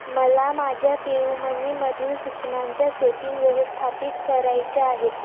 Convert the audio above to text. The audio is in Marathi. मला माझ्या पे यू मनीमधील सूचनांच्या सेटिंग व्यवस्थापित करायच्या आहेत